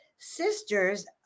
sisters